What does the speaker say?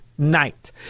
night